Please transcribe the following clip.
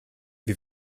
wir